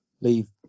Leave